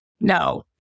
no